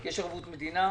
יש ערבות מדינה,